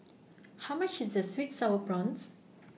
How much IS Sweet Sour Prawns